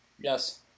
Yes